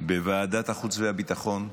בוועדת החוץ והביטחון,